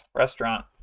restaurant